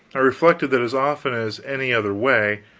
i reflected that as often as any other way,